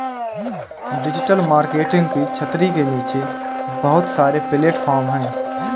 digital marketing की छतरी के नीचे बहुत सारे प्लेटफॉर्म हैं